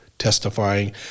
testifying